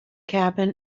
cabin